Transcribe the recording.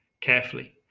carefully